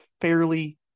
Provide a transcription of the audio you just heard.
fairly